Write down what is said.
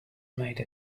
made